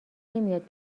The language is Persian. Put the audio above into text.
نمیاد